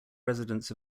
residents